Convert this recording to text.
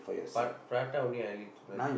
but prata only I need to learn